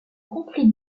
conflit